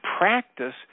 practice